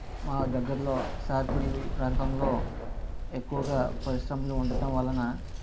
మా దగ్గరలో సాయిపుడి ప్రాంతములో ఎక్కువగా పరిశ్రమలు ఉండటం వలన